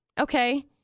Okay